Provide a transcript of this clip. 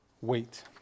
wait